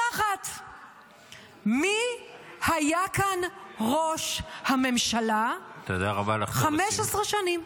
מי היה כאן ראש הממשלה 15 שנים.